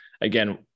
again